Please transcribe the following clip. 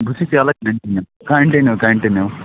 بہٕ چھُس یَلے کَنٹِنیوٗ کَنٹِنیو کَنٹِنیوٗ